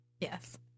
Yes